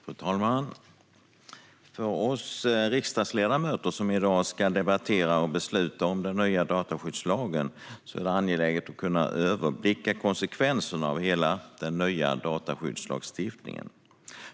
Fru talman! För oss riksdagsledamöter som i dag debatterar och ska besluta om den nya dataskyddslagen är det angeläget att kunna överblicka konsekvenserna av hela den nya dataskyddslagstiftningen.